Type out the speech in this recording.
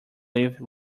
leave